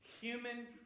human